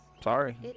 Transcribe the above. Sorry